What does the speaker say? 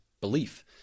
belief